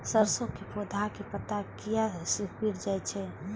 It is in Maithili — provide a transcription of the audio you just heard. सरसों के पौधा के पत्ता किया सिकुड़ जाय छे?